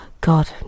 God